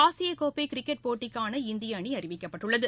ஆசியக் கோப்பை கிரிக்கெட் போட்டிக்கான இந்திய அணி அறிவிக்கப்பட்டுள்ளது